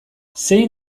zein